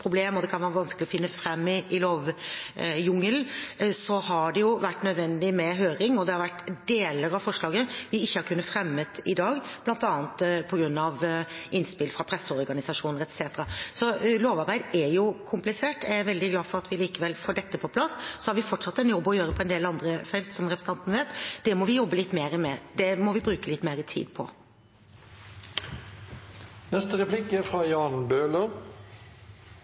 problem, og at det kan være vanskelig å finne fram i lovjungelen, har det jo vært nødvendig med høring, og det har vært deler av forslaget som vi ikke har kunnet fremme i dag, bl.a. på grunn av innspill fra presseorganisasjoner etc. Lovarbeid er komplisert. Jeg er veldig glad for at vi likevel får dette på plass. Vi har fortsatt en jobb å gjøre på en del andre felt, som representanten vet. Det må vi jobbe litt mer med, og det må vi bruke litt mer tid på. Jeg er